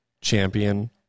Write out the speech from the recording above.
champion